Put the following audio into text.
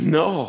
no